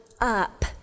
up